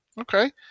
Okay